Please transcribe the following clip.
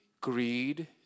greed